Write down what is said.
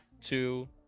two